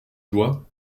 doigts